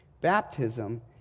Baptism